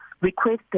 requested